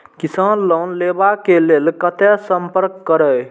किसान लोन लेवा के लेल कते संपर्क करें?